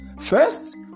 first